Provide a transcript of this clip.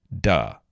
duh